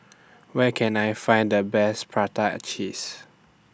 Where Can I Find The Best Prata Cheese